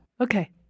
Okay